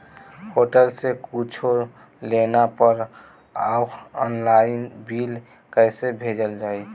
Hotel से कुच्छो लेला पर आनलाइन बिल कैसे भेजल जाइ?